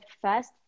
first